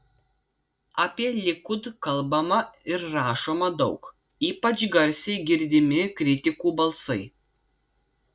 apie likud kalbama ir rašoma daug ypač garsiai girdimi kritikų balsai